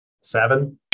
Seven